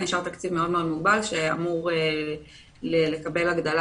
נשאר תקציב מאוד מוגבל שאמור לקבל הגדלה